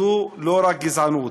זו לא רק גזענות,